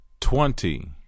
Twenty